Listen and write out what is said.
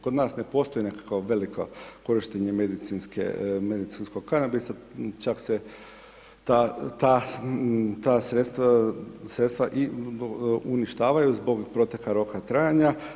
Kod nas ne postoji nekakvo veliko korištenje medicinskog kanabisa, čak se ta sredstva i uništavaju zbog proteka roka trajanja.